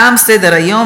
תם סדר-היום.